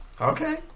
Okay